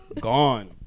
gone